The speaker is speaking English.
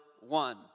one